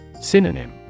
Synonym